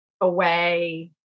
away